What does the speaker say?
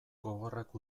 gogorrak